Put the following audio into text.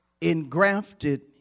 engrafted